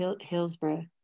hillsborough